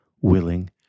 willing